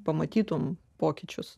pamatytumei pokyčius